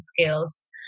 skills